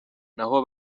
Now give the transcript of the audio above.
naho